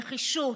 בנחישות,